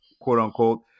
quote-unquote